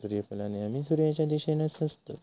सुर्यफुला नेहमी सुर्याच्या दिशेनेच असतत